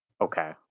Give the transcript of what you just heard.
Okay